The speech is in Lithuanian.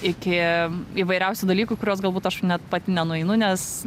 iki įvairiausių dalykų kuriuos galbūt aš net pati nenueinu nes